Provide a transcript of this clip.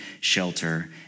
shelter